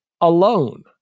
alone